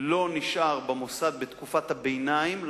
לא נשאר במוסד בתקופת הביניים,